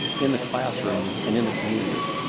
in the classroom, and in the community.